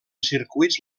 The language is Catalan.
circuits